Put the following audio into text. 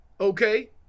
Okay